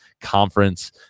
conference